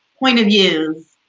point of views,